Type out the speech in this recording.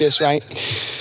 right